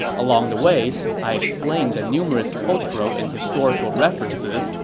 along the way, i explain the numerous cultural and historical references,